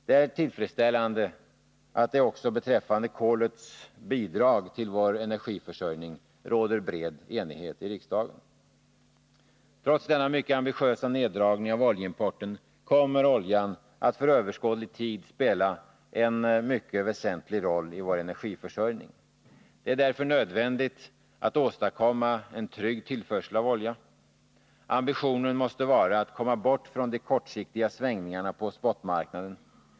Det är tillfredsställande att det också beträffande kolets roll i vår energiförsörjning råder bred enighet i riksdagen. Trots denna mycket ambitiösa neddragning av oljeimporten kommer oljan att för överskådlig tid spela en mycket väsentlig roll i vår energiförsörjning. Det är därför nödvändigt att åstadkomma en trygg tillförsel av olja. Ambitionen måste vara att komma bort från de kortsiktiga svängningarna på spotmarknaden.